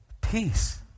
peace